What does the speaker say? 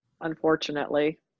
unfortunately